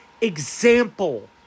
example